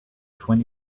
twenty